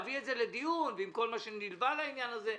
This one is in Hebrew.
להביא את זה לדיון עם כל מה נלווה לעניין הזה.